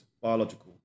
biological